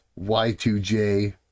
Y2J